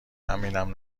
همینم